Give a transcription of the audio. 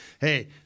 Hey